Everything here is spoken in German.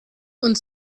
und